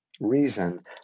reason